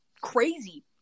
crazy